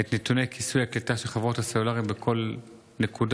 את נתוני כיסויי הקליטה של חברות הסלולר בכל נקודה?